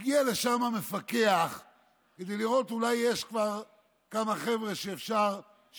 הגיע לשם המפקח כדי לראות אולי יש כבר כמה חבר'ה שהחלימו.